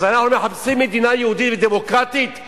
אז אנחנו מחפשים מדינה יהודית ודמוקרטית?